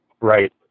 Right